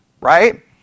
right